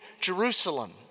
Jerusalem